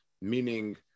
meaning